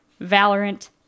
Valorant